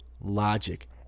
Logic